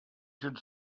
should